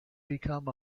become